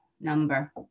number